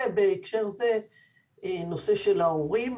ובהקשר זה נושא של ההורים,